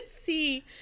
see